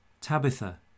Tabitha